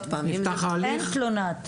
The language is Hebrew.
אין תלונות פה.